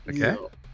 Okay